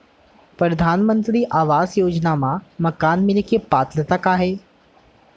परधानमंतरी आवास योजना मा मकान मिले के पात्रता का हे?